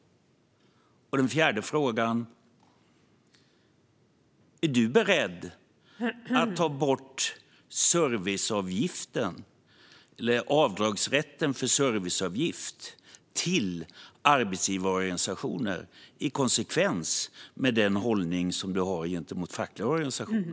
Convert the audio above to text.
Och den fjärde frågan: Är du beredd att ta bort avdragsrätten för serviceavgift till arbetsgivarorganisationer, i konsekvens med den hållning du har gentemot fackliga organisationer?